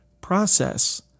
process